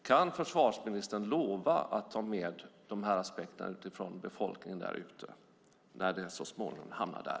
Kan försvarsministern lova att ta med de här aspekterna utifrån befolkningen där ute när frågan så småningom hamnar där?